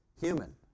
human